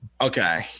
Okay